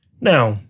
Now